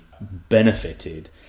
benefited